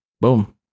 Boom